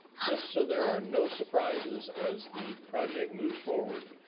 just so there are no surprises as the project moves forward,